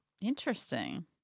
Interesting